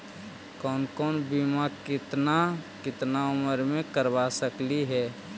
कौन कौन बिमा केतना केतना उम्र मे करबा सकली हे?